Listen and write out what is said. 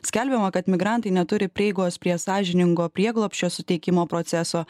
skelbiama kad migrantai neturi prieigos prie sąžiningo prieglobsčio suteikimo proceso